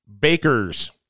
bakers